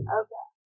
okay